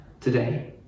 today